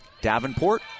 Davenport